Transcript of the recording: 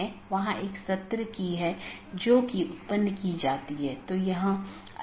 इसका मतलब है यह चीजों को इस तरह से संशोधित करता है जो कि इसके नीतियों के दायरे में है